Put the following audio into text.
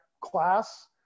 class